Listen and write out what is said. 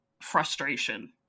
frustration